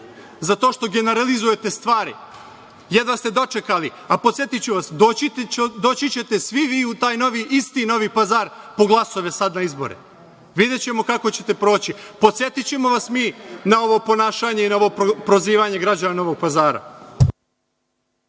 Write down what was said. zato što generalizujete stvari. Jedva ste dočekali. A, podsetiću vas, doći ćete svi vi u taj isti Novi Pazar po glasove sada na izbore. Videćemo kako ćete proći. Podsetićemo vas mi na ovo ponašanje i na ovo prozivanje građana Novog Pazara.